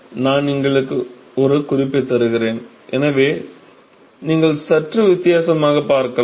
நான் உங்களுக்கு ஒரு குறிப்பை தருகிறேன் எனவே நீங்கள் சற்று வித்தியாசமாக பார்க்கலாம்